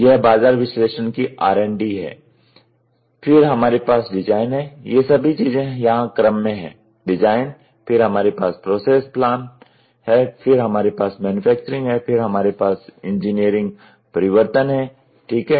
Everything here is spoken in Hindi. यह बाजार विश्लेषण की R D है फिर हमारे पास डिजाइन है ये सभी चीजें यहाँ क्रम में हैं डिज़ाइन फिर हमारे पास प्रोसेस प्लान है फिर हमारे पास मैन्युफैक्चरिंग है फिर हमारे पास इंजीनियरिंग परिवर्तन हैं ठीक है